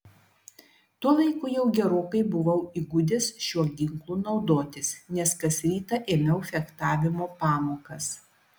tuo laiku jau gerokai buvau įgudęs šiuo ginklu naudotis nes kas rytą ėmiau fechtavimo pamokas